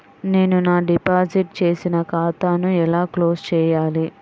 నేను నా డిపాజిట్ చేసిన ఖాతాను ఎలా క్లోజ్ చేయాలి?